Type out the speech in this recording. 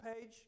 page